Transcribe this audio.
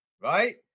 right